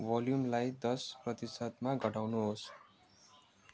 भोल्युमलाई दस प्रतिशतमा घटाउनुहोस्